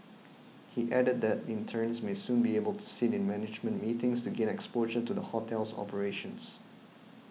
he added that interns may soon be able to sit in management meetings to gain exposure to the hotel's operations